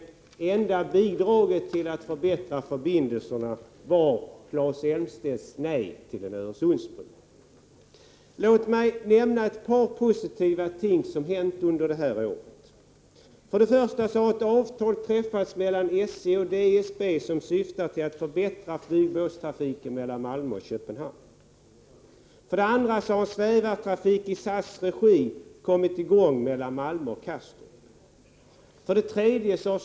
Det enda bidraget till förbättrade förbindelser då var egentligen Claes Elmstedts nej till en Öresundsbro. Låt mig nämna ett par positiva ting som hänt under det här året: 2. Svävartrafik i SAS regi har kommit i gång mellan Malmö och Kastrup. 3.